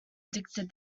addicted